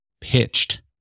pitched